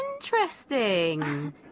interesting